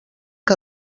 que